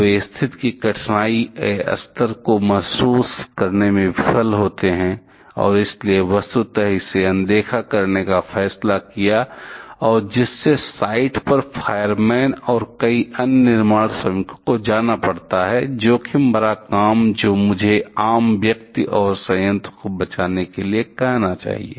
वे स्थिति के कठिनाई स्तर को महसूस करने में विफल होते हैं और इसलिए वस्तुतः इसे अनदेखा करने का फैसला किया और जिससे साइट पर फायरमैन और कई अन्य निर्माण श्रमिकों को जाना पड़ता है जोखिम भरा काम जो मुझे आम व्यक्ति और संयंत्र को बचाने के लिए कहना चाहिए